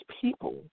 people